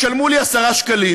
ישלמו לי 10 שקלים,